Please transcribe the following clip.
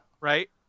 right